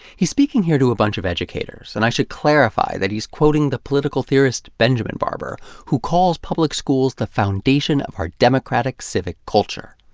he's speaking here to a bunch of educators, and i should clarify that he's quoting the political theorist benjamin barber, who calls public schools the foundation of our democratic civic culture.